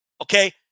Okay